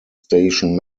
station